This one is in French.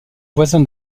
voisin